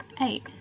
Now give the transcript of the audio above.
eight